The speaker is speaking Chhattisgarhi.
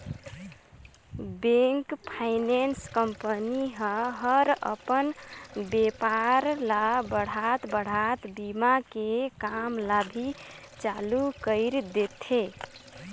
बेंक, फाइनेंस कंपनी ह हर अपन बेपार ल बढ़ात बढ़ात बीमा के काम ल भी चालू कइर देथे